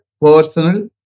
personal